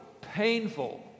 painful